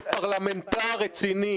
חבר הכנסת ברקת,